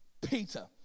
Peter